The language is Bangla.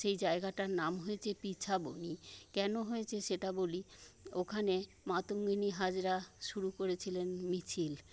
সেই জায়গাটার নাম হয়েছে পিছাবনি কেন হয়েছে সেটা বলি ওখানে মাতঙ্গিনী হাজরা শুরু করে ছিলেন মিছিল